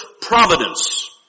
providence